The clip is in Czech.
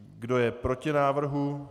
Kdo je proti návrhu?